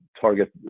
target